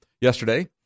yesterday